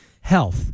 Health